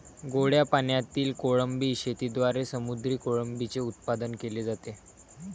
गोड्या पाण्यातील कोळंबी शेतीद्वारे समुद्री कोळंबीचे उत्पादन केले जाते